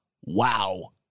Wow